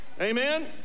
Amen